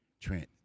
Trent